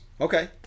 Okay